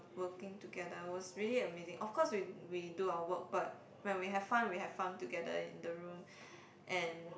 working together was really amazing of course we we do our work but when we have fun we have fun together in the room and